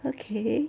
okay